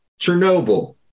Chernobyl